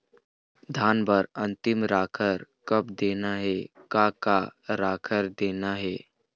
धान बर अन्तिम राखर कब देना हे, का का राखर देना हे?